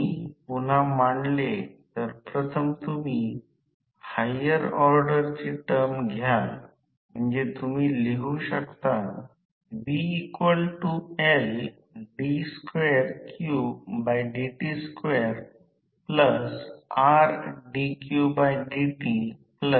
तर हे पुन्हा एका पुस्तकातून घेतले आहे हे जर असे दिसते की ज्याने ते बनवले आहे कारण सर्व गोष्टी लहान मोठ्या प्रमाणात दर्शवतात पत्र तर मुळात r2 हे काही नाही परंतु अल्प r2 X2 हे छोटे X2 शिवाय काहीही नाही R 1 काही नाही तर लहान R 1 X 1 काहीही नाही छोटे r 1 आणि X m काही नाही परंतु एक लहान Xm आहे आणि हे r आहे